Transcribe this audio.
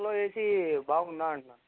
కార్లో A C బాగుందా అంటున్నా